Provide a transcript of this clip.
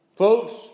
Folks